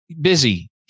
Busy